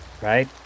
right